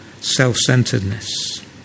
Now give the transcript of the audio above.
self-centeredness